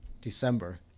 December